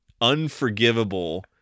unforgivable